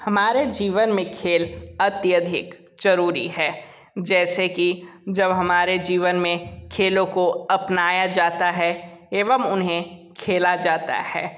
हमारे जीवन में खेल अत्यधिक ज़रूरी है जैसे कि जब हमारे जीवन में खेलों को अपनाया जाता है एवं उन्हें खेला जाता है